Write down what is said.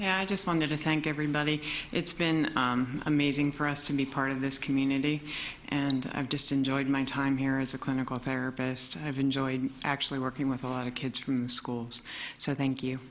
and i just wanted to thank everybody it's been amazing for us to be part of this community and i've just enjoyed my time here as a clinical therapist and i've enjoyed actually working with a lot of kids from schools so thank you